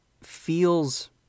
feels